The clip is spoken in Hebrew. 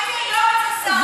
אני הייתי היום אצל שר החינוך.